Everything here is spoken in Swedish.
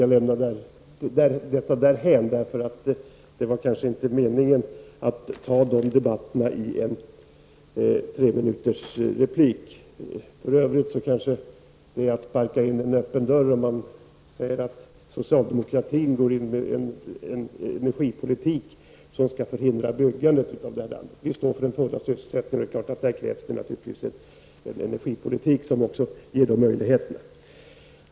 Jag lämnar detta därhän, då det kanske inte är meningen att han skall ta upp en sådan debatt i en replik på tre minuter. För övrigt är det att sparka in en öppen dörr att säga att socialdemokratin för en energipolitik som förhindrar byggandet i detta land. Vi står för den fulla sysselsättningen, och där krävs det naturligtvis en energipolitik som också ger möjligheterna att uppnå den.